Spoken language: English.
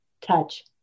touch